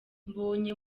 mbonye